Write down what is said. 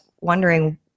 wondering